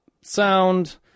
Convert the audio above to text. sound